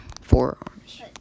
forearms